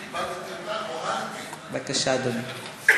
כיבדתי אותך, בבקשה, אדוני.